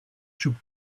should